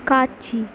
காட்சி